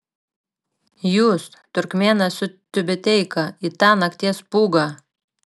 jūs turkmėnas su tiubeteika į tą nakties pūgą